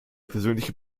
persönliche